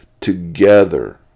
together